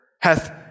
Hath